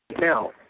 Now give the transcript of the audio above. Now